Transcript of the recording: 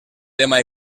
tema